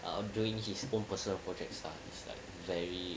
uh doing his own personal project lah it's like very